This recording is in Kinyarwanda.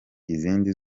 izindi